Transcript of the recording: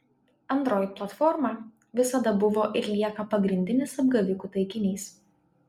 android platforma visada buvo ir lieka pagrindinis apgavikų taikinys